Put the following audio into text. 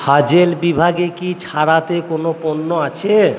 Hazel বিভাগে কি ছাড়াতে কোনো পণ্য আছে